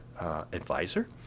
advisor